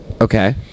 Okay